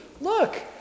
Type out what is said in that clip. look